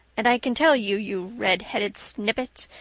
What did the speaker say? and i can tell you, you redheaded snippet,